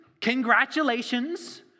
congratulations